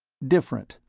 different,